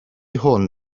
hwn